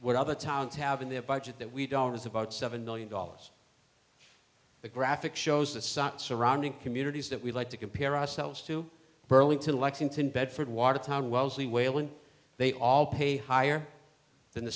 what other towns have in their budget that we don't is about seven million dollars the graphic shows the sun surrounding communities that we like to compare ourselves to burlington lexington bedford watertown wellesley wayland they all pay higher than the